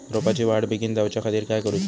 रोपाची वाढ बिगीन जाऊच्या खातीर काय करुचा?